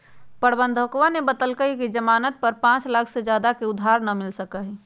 प्रबंधकवा ने बतल कई कि ई ज़ामानत पर पाँच लाख से ज्यादा के उधार ना मिल सका हई